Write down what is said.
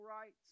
rights